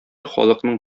халыкның